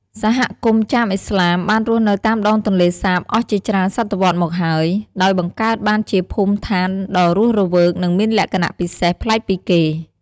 សហគមន៍ចាមឥស្លាមបានរស់នៅតាមដងទន្លេសាបអស់ជាច្រើនសតវត្សរ៍មកហើយ ដោយបង្កើតបានជាភូមិឋានដ៏រស់រវើក និងមានលក្ខណៈពិសេសប្លែកពីគេ។